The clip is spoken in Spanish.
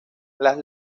las